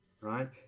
right